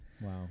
Wow